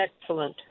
Excellent